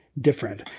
different